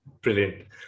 Brilliant